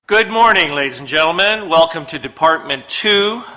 good morning ladies and gentlemen, welcome to department two,